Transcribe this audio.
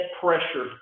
pressure